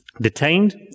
detained